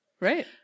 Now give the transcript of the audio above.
Right